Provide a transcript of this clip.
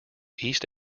east